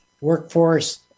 workforce